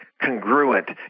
congruent